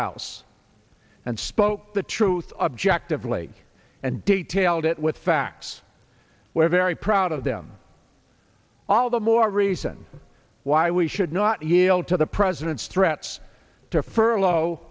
house and spoke the truth objectively and detailed it with facts we're very proud of them all the more reason why we should not yield to the president's threats to furlough